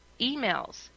emails